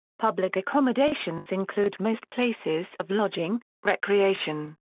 public accommodations include most places of lodging, recreation,